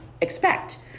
expect